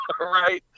right